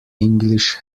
english